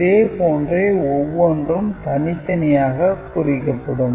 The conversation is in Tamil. இதே போன்றே ஒவ்வொன்றும் தனித்தனியாக குறிக்கப்படும்